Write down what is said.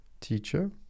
teacher